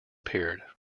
appeared